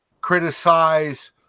criticize